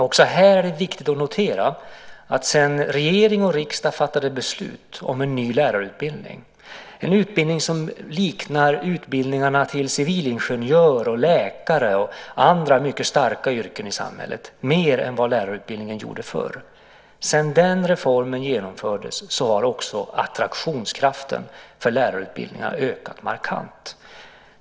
Också här är det viktigt att notera att sedan regering och riksdag fattade beslut om en ny lärarutbildning - en utbildning som liknar utbildningarna till civilingenjör, läkare och andra mycket starka yrken i samhället mer än vad lärarutbildningen gjorde förr - och reformen genomfördes har också attraktionskraften för lärarutbildningarna ökat markant.